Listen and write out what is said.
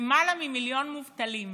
למעלה ממיליון מובטלים